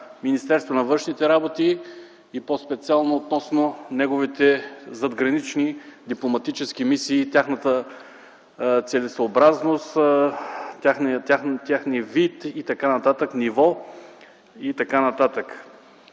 Министерството на външните работи и по-специално относно неговите задгранични дипломатически мисии и тяхната целесъобразност, техния вид, ниво и т.н.